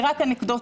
זה רק אנקדוטה.